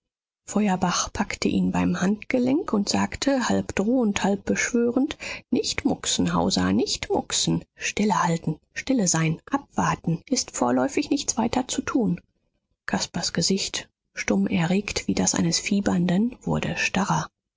feuerbach packte ihn beim handgelenk und sagte halb drohend halb beschwörend nicht mucksen hauser nicht mucksen stille halten stille sein abwarten ist vorläufig nichts weiter zu tun caspars gesicht stumm erregt wie das eines fiebernden wurde starrer